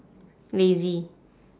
lazy